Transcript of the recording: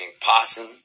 Possum